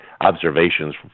observations